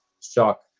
shock